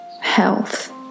health